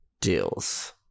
deals